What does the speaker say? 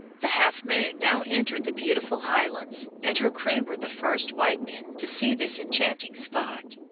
the half moon now entered the beautiful highlands, and her crew were the first white men to see this enchanting spot.